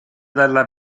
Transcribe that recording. dalla